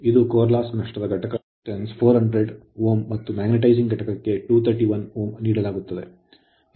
ಇದು core loss core ನಷ್ಟದ ಘಟಕ resistance ಪ್ರತಿರೋಧವನ್ನು 400 Ω ಮತ್ತು magnetizing ಮ್ಯಾಗ್ನೆಟೈಸಿಂಗ್ ಘಟಕಕ್ಕೆ 231 Ω ನೀಡಲಾಗುತ್ತದೆ